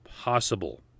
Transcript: possible